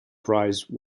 prize